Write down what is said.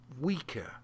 weaker